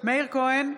מאיר כהן,